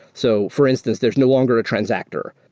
so for instance, there's no longer a transactor.